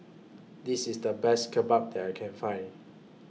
This IS The Best Kimbap that I Can Find